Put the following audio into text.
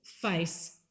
face